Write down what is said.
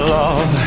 love